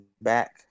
back